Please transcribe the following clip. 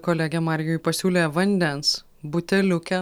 kolegė marijui pasiūlė vandens buteliuke